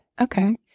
Okay